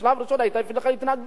בשלב ראשון היתה התנגדות,